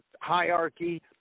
hierarchy